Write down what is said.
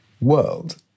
world